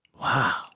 wow